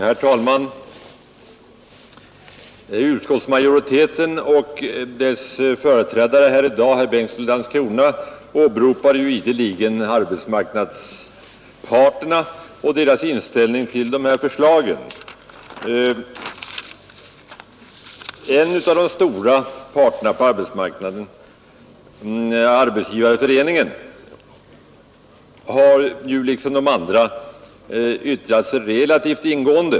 Herr talman! Utskottsmajoriteten och dess företrädare här i dag, herr Bengtsson i Landskrona, åberopar ideligen arbetsmarknadens parter och deras inställning till dessa förslag. En av de stora parterna på arbetsmarknaden, Arbetsgivareföreningen, har liksom de övriga remissinstanserna yttrat sig relativt ingående.